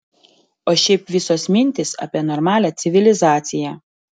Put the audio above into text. o šiaip visos mintys apie normalią civilizaciją